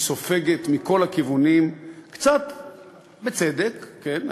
היא סופגת מכל הכיוונים, קצת בצדק, כן?